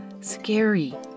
scary